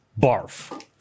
barf